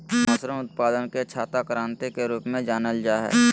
mushroom उत्पादन के छाता क्रान्ति के रूप में जानल जाय हइ